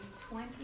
twenty